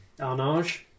Arnage